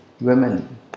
women